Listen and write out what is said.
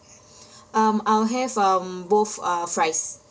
um I'll have um both uh fries